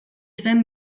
zen